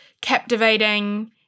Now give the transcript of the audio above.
captivating